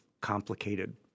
complicated